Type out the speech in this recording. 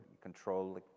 Control